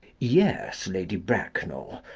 yes, lady bracknell.